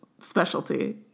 specialty